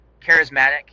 charismatic